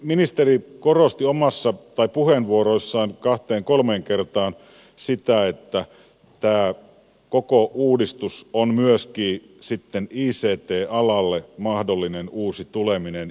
ministeri korosti puheenvuoroissaan kahteen kolmeen kertaan sitä että tämä koko uudistus on myöskin ict alalle mahdollinen uusi tuleminen